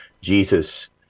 Jesus